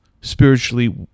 spiritually